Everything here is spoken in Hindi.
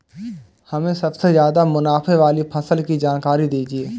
हमें सबसे ज़्यादा मुनाफे वाली फसल की जानकारी दीजिए